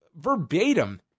verbatim